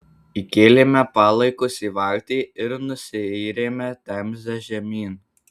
įkėlėme palaikus į valtį ir nusiyrėme temze žemyn